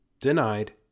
denied